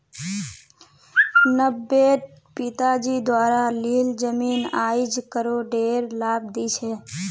नब्बेट पिताजी द्वारा लील जमीन आईज करोडेर लाभ दी छ